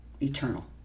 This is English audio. eternal